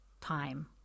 time